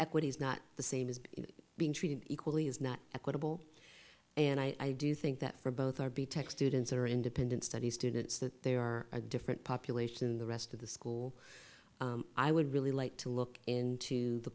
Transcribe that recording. at what is not the same as being treated equally is not equitable and i do think that for both rb tech students or independent study students that they are a different population in the rest of the school i would really like to look into the